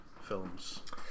films